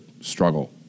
struggle